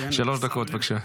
שלוש דקות, בבקשה.